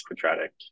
quadratic